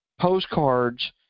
postcards